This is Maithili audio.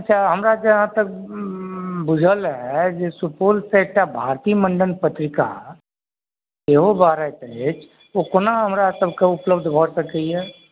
अच्छा हमरा जहाँ तक बुझल जे सुपौल स एकटा भारती मंडन पत्रीका सेहो बहराति अछि ओ कोना हमरा सबके उपलब्ध भ सकैया